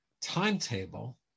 timetable